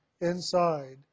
inside